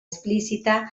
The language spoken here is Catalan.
explícita